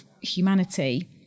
humanity